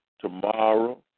tomorrow